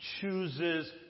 chooses